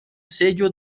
sello